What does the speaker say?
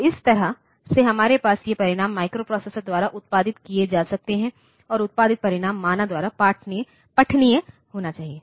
तो इस तरह से हमारे पास ये परिणाम माइक्रोप्रोसेसर द्वारा उत्पादित किए जा सकते हैं और उत्पादित परिणाम मानव द्वारा पठनीय होना चाहिए